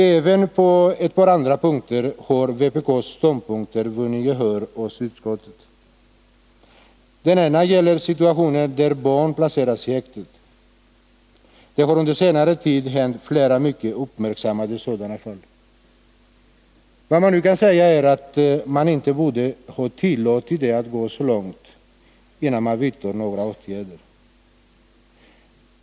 Även på ett par andra punkter har vpk:s ståndpunkter vunnit gehör i utskottet. Den ena gäller situationer där barn placeras i häkte. Det har under senare tid hänt flera mycket uppmärksammade sådana fall. Vad man nu kan säga är att man inte borde ha tillåtit det att gå så långt, innan man vidtog några åtgärder.